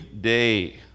day